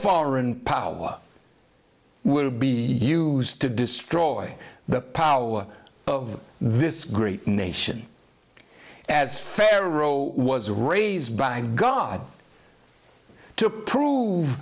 foreign power will be used to destroy the power of this great nation as pharaoh was raised by god to prove